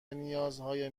نیازهای